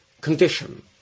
condition